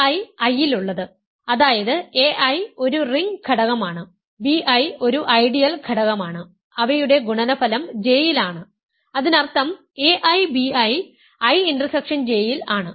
ai I ലുള്ളത് അതായത് ai ഒരു റിംഗ് ഘടകം ആണ് bi ഒരു ഐഡിയൽ ഘടകമാണ് അവയുടെ ഗുണനഫലം J യിലാണ് അതിനർത്ഥം ai bi I intersection J യിൽ ആണ്